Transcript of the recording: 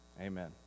Amen